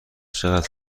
چقدر